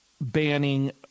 banning